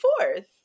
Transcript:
fourth